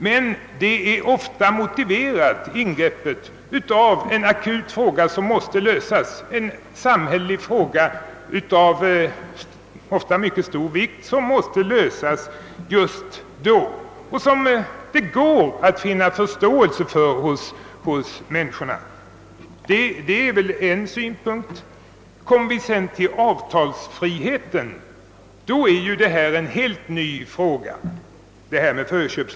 Men ingreppet är ofta motiverat av ett akut samhälleligt problem av stor betydelse som måste lösas och för vars lösning det går att finna förståelse hos människorna. Går vi sedan över till avtalsfriheten måste vi säga oss att förköpsrätten innebär något helt nytt.